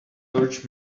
urged